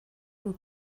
and